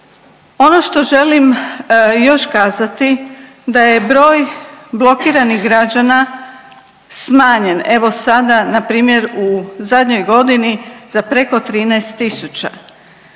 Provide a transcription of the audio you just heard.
Ono što želim još kazati da je broj blokiranih građana smanjen evo sada npr. u zadnjoj godini za preko 13.000.